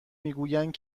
میگویند